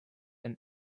and